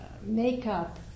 makeup